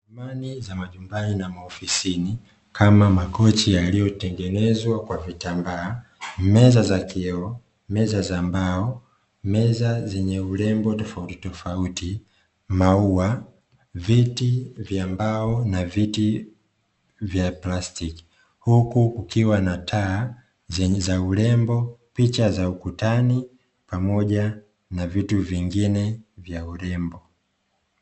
Samani za majumbani na maofisini kama makochi yailiyotengenezwa kwa vitamba, meza za kioo meza za mbao, meza zenye urembo tofauti tofauti , maua, viti vya mbao na viti vya plastiki huku kukiwana taa za urembo, picha za ukutani pamoja na vitu vingine vya urembo.